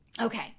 Okay